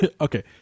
Okay